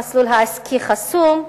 המסלול העסקי חסום.